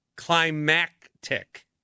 Climactic